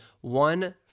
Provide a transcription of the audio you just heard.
one